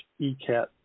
ECAT